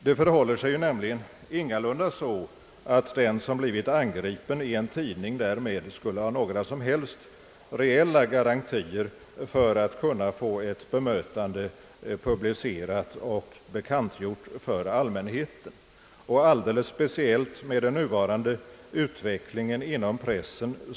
Det förhåller sig nämligen som bekant ingalunda så att den som blivit angripen i en tidning därmed skulle ha några som helst reella garantier för att kunna få ett bemötande publicerat och bekantgjort för allmänheten. Möjligheterna i det avseendet försvagas särskilt genom den nuvarande utvecklingen inom pressen.